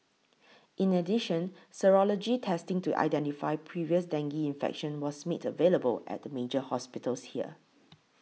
in addition serology testing to identify previous dengue infection was made available at the major hospitals here